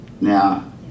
Now